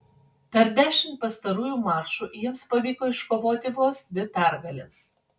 per dešimt pastarųjų mačų jiems pavyko iškovoti vos dvi pergales